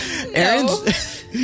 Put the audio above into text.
Aaron's